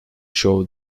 show